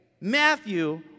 Matthew